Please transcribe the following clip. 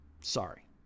Sorry